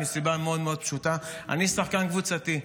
מסיבה מאוד מאוד פשוטה: אני שחקן קבוצתי.